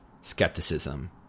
skepticism